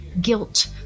guilt